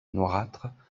noirâtre